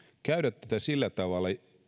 käydä tätä keskustelua sillä tavalla